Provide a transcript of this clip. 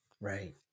right